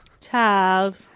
Child